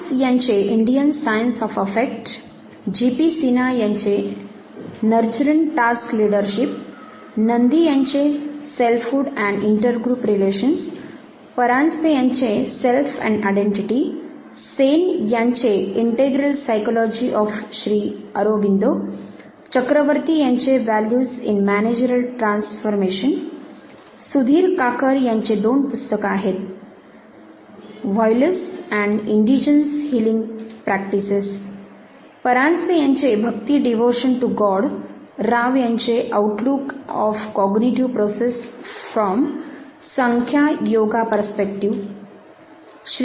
दास यांचे 'Indian science of affect' 'Indian Science of Affect' G P Sinha यांचे 'nurturant task leadership' Nandy यांचे 'selfhood and intergroup relations' Paranjpe यांचे 'self and identity' Sen यांचे 'integral psychology of Shri Aurobindo' Chakravarty यांचे 'values in managerial transformation' Sudhir Kakar यांचे दोन पुस्तके आहेत 'व्हाईलंस' आणि 'इंडिजीनस हिलिंग प्रॅक्टिसेस' परांजपे यांचे bhakti devotion to god Rao यांचे 'outlook of cognitive process from Sankhya yoga perspective'